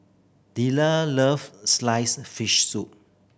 Delia love sliced fish soup